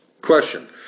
Question